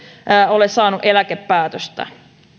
ole saanut eläkepäätöstä